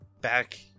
back